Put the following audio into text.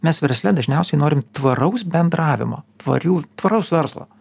mes versle dažniausiai norim tvaraus bendravimo tvarių tvaraus verslo